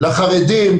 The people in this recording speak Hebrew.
לחרדים,